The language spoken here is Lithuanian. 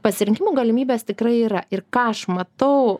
pasirinkimų galimybės tikrai yra ir ką aš matau